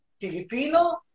Filipino